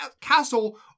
castle